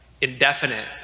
indefinite